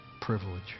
privilege